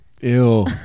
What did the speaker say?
Ew